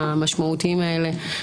המשמעותיים האלה,